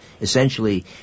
essentially